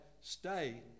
stay